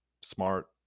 smart